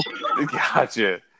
Gotcha